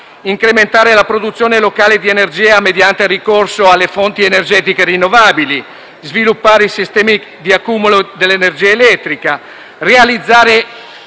incrementare la produzione locale di energia mediante il ricorso alle fonti energetiche rinnovabili; sviluppare i sistemi di accumulo dell'energia elettrica; realizzare